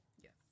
Yes